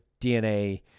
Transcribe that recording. DNA